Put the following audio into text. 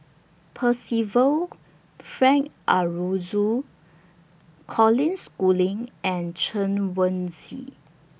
Percival Frank Aroozoo Colin Schooling and Chen Wen Hsi